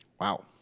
Wow